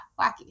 wacky